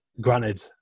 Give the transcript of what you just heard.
granted